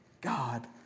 God